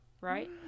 right